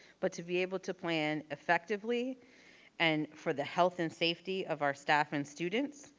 but to be able to plan effectively and for the health and safety of our staff and students.